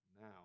now